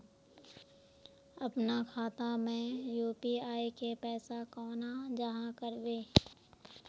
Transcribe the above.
अपना खाता में यू.पी.आई के पैसा केना जाहा करबे?